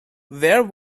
there